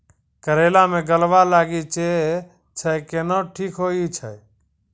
करेला मे गलवा लागी जे छ कैनो ठीक हुई छै?